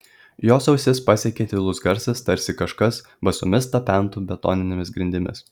jos ausis pasiekė tylus garsas tarsi kažkas basomis tapentų betoninėmis grindimis